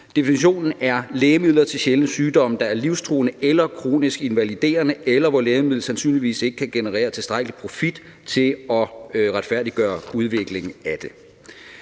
er, at det er lægemidler til sjældne sygdomme, der er livstruende eller kronisk invaliderende, eller hvor lægemidlet sandsynligvis ikke kan generere tilstrækkelig profit til at retfærdiggøre udviklingen af det.